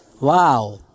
Wow